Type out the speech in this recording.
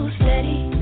steady